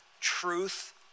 truth